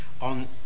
on